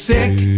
sick